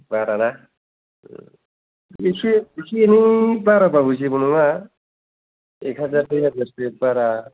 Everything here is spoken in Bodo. बारा ना इसे इसे एनै बाराबाबो जेबो नङा एक हाजार दुइ हाजारसो बारा